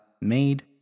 made